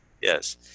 Yes